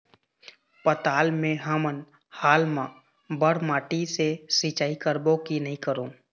पताल मे हमन हाल मा बर माटी से सिचाई करबो की नई करों?